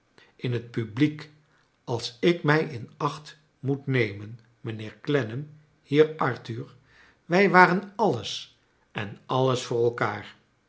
in het publiek als ik mij in acht moet nemen mijnheer clennam hier arthur wij waren alles en alles voor elkaar